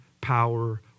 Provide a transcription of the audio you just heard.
power